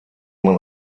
man